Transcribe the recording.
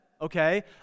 okay